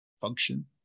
function